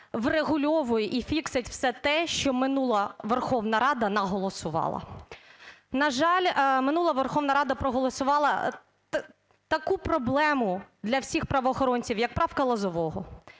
врегульовує і фіксить те, що минула Верховна Рада наголосувала. На жаль, минула Верховна Рада проголосувала таку проблему, для всіх правоохоронців, "як правка Лозового".